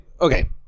okay